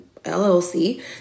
LLC